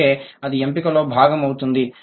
అందుకే అది ఎంపికలో భాగం అవుతుంది